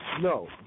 No